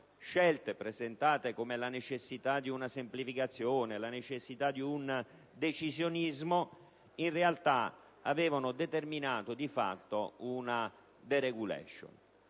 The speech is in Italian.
scelte, presentate come la necessità di una semplificazione e di un decisionismo, in realtà avevano determinato una *deregulation*,